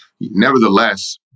Nevertheless